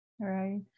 Right